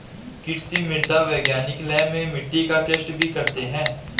कृषि मृदा वैज्ञानिक लैब में मिट्टी का टैस्ट भी करते हैं